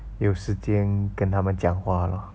有时间跟他们讲话 lor